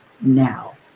now